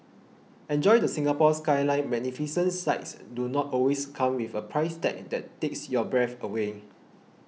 enjoy the Singapore Skyline Magnificent sights do not always come with a price tag that takes your breath away